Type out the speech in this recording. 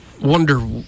wonder